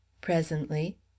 Presently